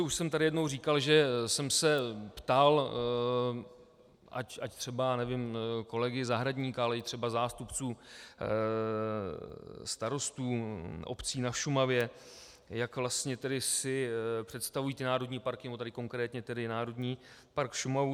Už jsem tady jednou říkal, že jsem se ptal ať třeba kolegy Zahradníka, ale i třeba zástupců starostů obcí na Šumavě, jak si vlastně představují ty národní parky, nebo konkrétně tady Národní park Šumavu.